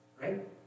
right